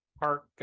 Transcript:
Park